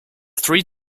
three